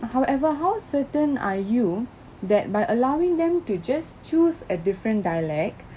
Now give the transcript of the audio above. however how certain are you that by allowing them to just choose a different dialect